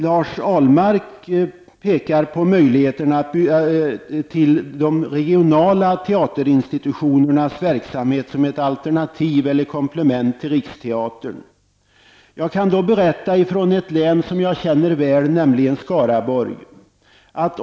Lars Ahlmark pekar på de regionala teaterinstitutionernas verksamhet som ett alternativ eller komplement till Riksteatern. Jag kan då berätta om mina erfarenheter från ett län som jag väl känner till, nämligen Skaraborgs län.